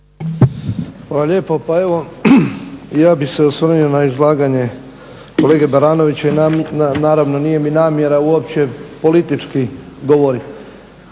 lijepo, pa evo, ja bih se osvrnuo na izlaganje kolege Baranovića i naravno nije mi namjera uopće politički govoriti.